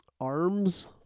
arms